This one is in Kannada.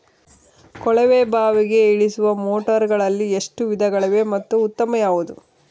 ಕೊಳವೆ ಬಾವಿಗೆ ಇಳಿಸುವ ಮೋಟಾರುಗಳಲ್ಲಿ ಎಷ್ಟು ವಿಧಗಳಿವೆ ಮತ್ತು ಉತ್ತಮ ಯಾವುದು?